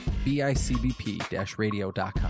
BICBP-radio.com